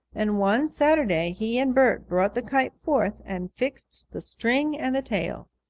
and one saturday he and bert brought the kite forth and fixed the string and the tail.